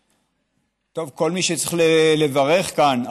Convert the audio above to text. כל מי שצריך לברך כאן,